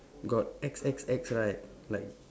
got X X X right like